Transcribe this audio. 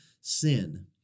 sin